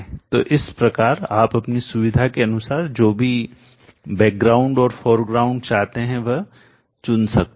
तो इस प्रकार आप अपनी सुविधा के अनुसार जो भी बैकग्राउंडपृष्ठभूमि और फोरग्राउंड अग्रभूमि चाहते हैं वह चुन सकते हैं